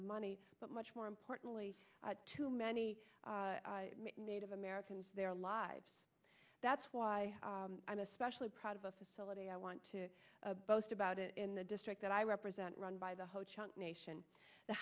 of money but much more importantly to many native americans their lives that's why i'm especially proud of a facility i want to boast about it in the district that i represent run by the whole chunk nation the